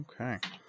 Okay